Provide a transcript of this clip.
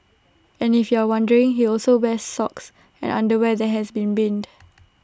and if you're wondering he also wears socks and underwear that has been binned